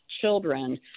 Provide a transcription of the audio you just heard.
children